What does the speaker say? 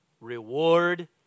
reward